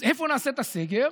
אז איפה נעשה את הסגר?